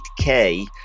8k